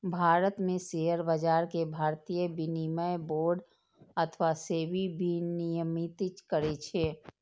भारत मे शेयर बाजार कें भारतीय विनिमय बोर्ड अथवा सेबी विनियमित करै छै